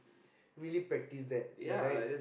really practise that right